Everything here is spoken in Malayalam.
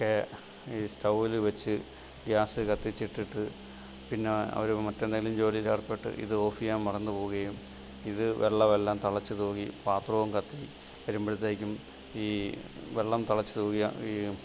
ഒക്കെ ഈ സ്റ്റൗവ്വിൽ വച്ച് ഗ്യാസ് കത്തിച്ചിട്ടിട്ട് പിന്നെ അവർ മറ്റെന്തെങ്കിലും ജോലിയിൽ ഏർപ്പെട്ട് ഇത് ഓഫ് ചെയ്യാൻ മറന്ന് പോവുകയും ഇത് വെള്ളമെല്ലാം തിളച്ച് തൂകി പാത്രവും കത്തി വരുമ്പോഴത്തേക്കും ഈ വെള്ളം തിളച്ച് തൂകിയ ഈ